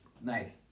Nice